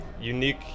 unique